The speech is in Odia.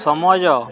ସମୟ